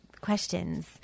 Questions